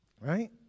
Right